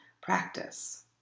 practice